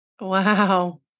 Wow